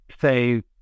say